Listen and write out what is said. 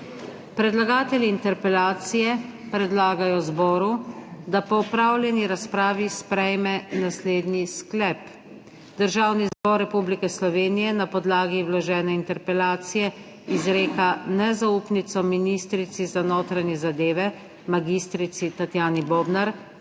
Predlagatelji interpelacije predlagajo zboru, da po opravljeni razpravi sprejme naslednji sklep: »Državni zbor Republike Slovenije na podlagi vložene interpelacije izreka nezaupnico ministrici za notranje zadeve, mag. Tatjani Bobnar